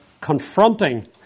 confronting